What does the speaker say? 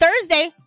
Thursday